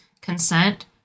consent